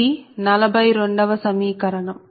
ఇది 42 వ సమీకరణం